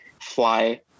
fly